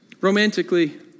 romantically